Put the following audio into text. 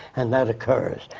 and that occurs.